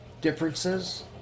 differences